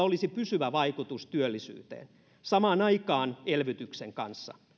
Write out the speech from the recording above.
olisi pysyvä vaikutus työllisyyteen samaan aikaan elvytyksen kanssa